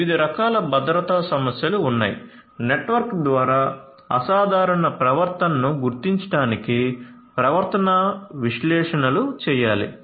వివిధ రకాల భద్రతా సమస్యలు ఉన్నాయి నెట్వర్క్ ద్వారా అసాధారణ ప్రవర్తనను గుర్తించడానికి ప్రవర్తనా విశ్లేషణలు చేయాలి